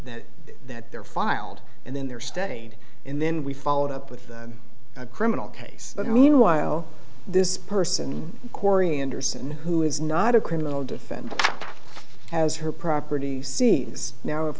that that they're filed and then they're studied and then we followed up with a criminal case but meanwhile this person coriander seven who is not a criminal defendant has her property seems now of